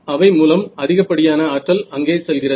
அவை மூலம் அதிகப்படியான ஆற்றல் அங்கே செல்கிறது